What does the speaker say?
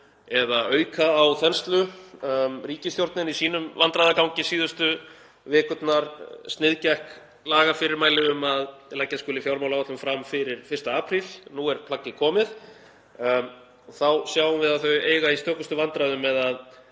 eða auka á þenslu. Ríkisstjórnin í sínum vandræðagangi síðustu vikurnar sniðgekk lagafyrirmæli um að leggja skuli fjármálaáætlun fram fyrir 1. apríl. Nú er plaggið komið og þá sjáum við að þau eiga í stökustu vandræðum með að